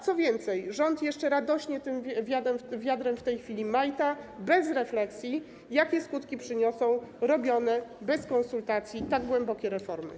Co więcej, rząd jeszcze radośnie tym wiadrem w tej chwili majta bez refleksji, jakie skutki przyniosą dokonywane bez konsultacji tak głębokie reformy.